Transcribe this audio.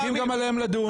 וגם עליהם צריך לדון.